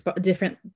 different